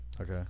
Okay